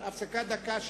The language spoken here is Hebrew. הפסקה דקה,